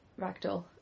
ragdoll